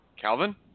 Calvin